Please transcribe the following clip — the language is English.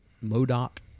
Modoc